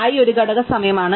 I ഒരു ഘടക സമയമാണ്